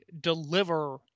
deliver